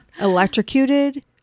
Electrocuted